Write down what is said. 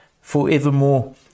forevermore